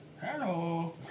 Hello